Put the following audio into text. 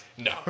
No